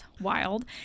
wild